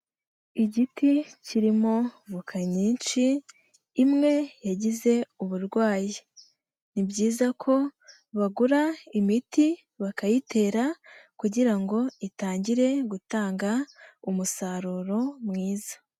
Igiti kirimo voka nyinshi, imwe yagize uburwayi. Ni byiza ko bagura imiti bakayitera kugira ngo itangire gutanga, umusaruro mwiza.